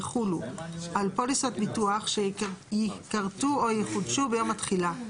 יחולו על פוליסות ביטוח שייכרתו או יחודשו ביום התחילה,